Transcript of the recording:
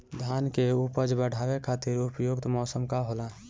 धान के उपज बढ़ावे खातिर उपयुक्त मौसम का होला?